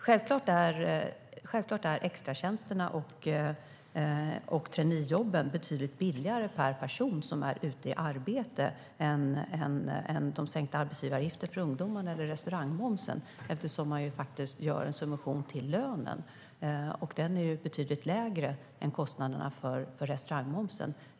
Självklart är extratjänsterna och traineejobben betydligt billigare per person som är ute i arbete än de sänkta arbetsgivaravgifterna för ungdomar eller den sänkta restaurangmomsen, eftersom man gör en subvention av lönen, och den är betydligt lägre än kostnaderna för sänkningen av restaurangmomsen.